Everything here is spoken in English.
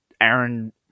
aaron